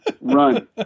Run